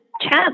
chat